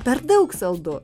per daug saldu